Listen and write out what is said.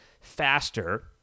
faster